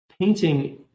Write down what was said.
painting